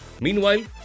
Meanwhile